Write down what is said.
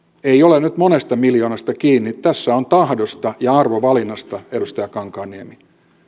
ei ole nyt monesta miljoonasta kiinni vaan tahdosta ja arvovalinnasta edustaja kankaanniemi